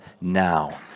now